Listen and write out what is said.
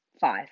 Five